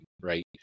right